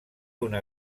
una